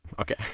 Okay